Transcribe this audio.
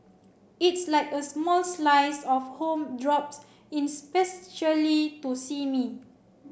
it's like a small slice of home drops in specially to see me